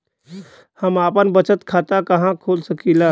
हम आपन बचत खाता कहा खोल सकीला?